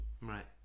Right